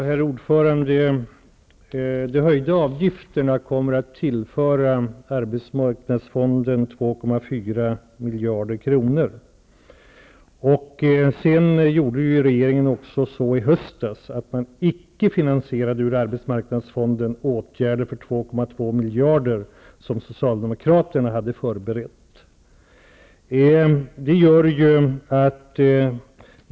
Herr talman! De höjda avgifterna kommer att in nebära att arbetsmarknadsfonden tillförs 2,4 mil jarder kronor. I höstas finansierade regeringen icke genom ar betsmarkndsfonden de åtgärder för 2,2 miljarder som Socialdemokraterna hade förberett.